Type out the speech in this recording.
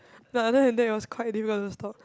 but other than that it was quite difficult to stalk